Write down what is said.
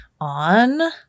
on